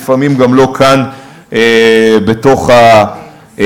ולפעמים גם לא כאן בתוך הכנסת.